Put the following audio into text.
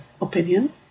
opinion